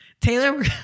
Taylor